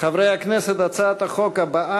חברי הכנסת, יש המלצות אחרות?